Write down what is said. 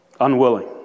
Unwilling